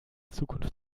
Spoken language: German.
zukunft